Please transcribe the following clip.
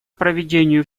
проведению